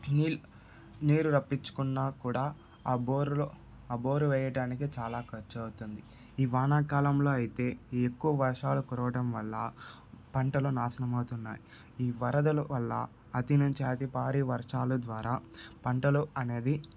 నీళ్ళు నీరు రపించుకున్నా కూడా ఆ బోరులో ఆ బోరు వేయడానికి చాలా ఖర్చు అవుతుంది ఈ వానాకాలంలో అయితే ఎక్కువ వర్షాలు కురవటం వల్ల పంటలు నాశనం అవుతున్నాయి ఈ వరదల వల్ల అతి నుంచి అతి భారీ వర్షాల ద్వారా పంటలు అనేవి